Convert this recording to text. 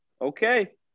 okay